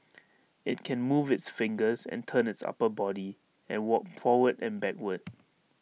IT can move its fingers and turn its upper body and walk forward and backward